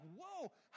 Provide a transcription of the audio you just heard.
whoa